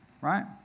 right